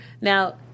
now